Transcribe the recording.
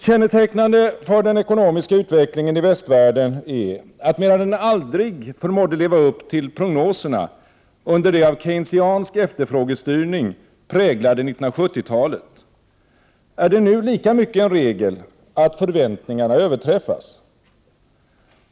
Kännetecknande för den ekonomiska utvecklingen i västvärlden är att medan den aldrig förmådde leva upp till prognoserna under det av keynesiansk efterfrågestyrning präglade 1970-talet, är det nu lika mycket en regel att förväntningarna överträffas.